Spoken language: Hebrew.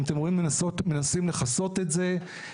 אתם רואים, מנסים לכסות את זה.